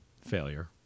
failure